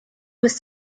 was